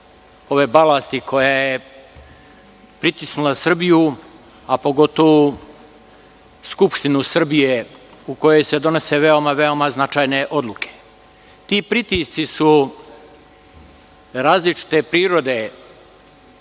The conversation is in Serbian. ove balasti koja je pritisnula Srbiju, a pogotovu Skupštinu Srbije u kojoj se donose veoma, veoma značajne odluke. Ti pritisci su različite prirode